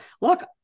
look